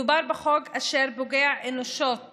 מדובר בחוק אשר פוגע אנושות